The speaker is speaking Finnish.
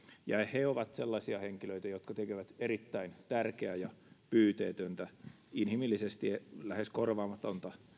he ovat sellaisia henkilöitä jotka tekevät erittäin tärkeää ja pyyteetöntä inhimillisesti lähes korvaamatonta